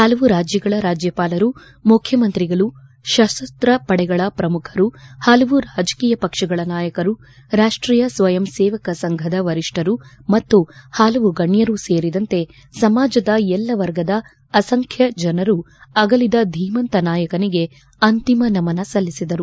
ಪಲವು ರಾಜ್ಯಗಳ ರಾಜ್ಯಪಾಲರು ಮುಖ್ಯಮಂತ್ರಿಗಳು ಸಶಸ್ತ ಪಡೆಗಳ ಪ್ರಮುಖರು ಪಲವು ರಾಜಕೀಯ ಪಕ್ಷಗಳ ನಾಯಕರು ರಾಷ್ಟೀಯ ಸ್ವಯಂ ಸೇವಕ ಸಂಘದ ವರಿಷ್ಠರು ಮತ್ತು ಹಲವು ಗಣ್ಣರು ಸೇರಿದಂತೆ ಸಮಾಜದ ಎಲ್ಲಾ ವರ್ಗದ ಅಸಂಖ್ಯ ಜನರು ಅಗಲಿದ ಧೀಮಂತ ನಾಯಕನಿಗೆ ಅಂತಿಮ ನಮನ ಸಲ್ಲಿಸಿದರು